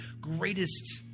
greatest